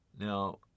Now